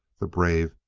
the brave,